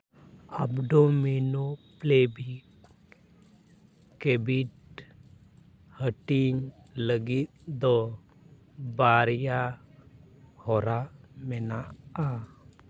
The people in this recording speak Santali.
ᱟᱵᱰᱳᱢᱤᱱᱳᱯᱞᱮᱞᱵᱷᱤᱠ ᱠᱮᱵᱷᱤᱴ ᱦᱟᱹᱴᱤᱧ ᱞᱟᱹᱜᱤᱫ ᱫᱚ ᱵᱟᱨᱭᱟ ᱦᱚᱨᱟ ᱢᱮᱱᱟᱜᱼᱟ